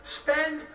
spend